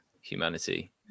humanity